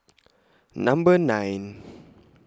Number nine